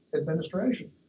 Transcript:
administration